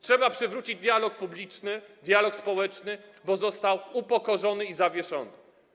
Trzeba przywrócić dialog publiczny, dialog społeczny, bo został on upokorzony i zawieszony.